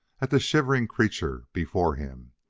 at the shivering creature before him.